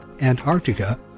Antarctica